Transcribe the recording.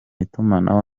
itumanaho